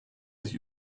sich